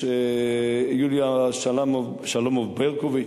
יוליה שלומוב-ברקוביץ,